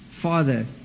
Father